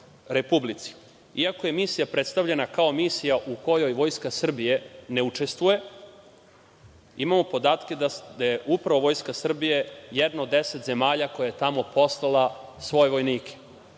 Republici. Iako je misija predstavljena kao misija u kojoj Vojska Srbije ne učestvuje, imamo podatke da je upravo Vojska Srbije jedna od deset zemalja koja je tamo poslala svoje vojnike.